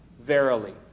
verily